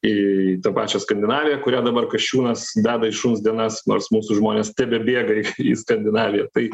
į tą pačią skandinaviją kurią dabar kasčiūnas deda į šuns dienas nors mūsų žmonės tebebėga į skandinaviją tai